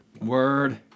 Word